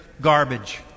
garbage